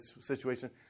situation